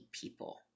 people